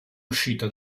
uscita